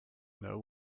know